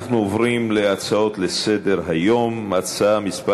אנחנו עוברים להצעות לסדר-היום, הצעה מס'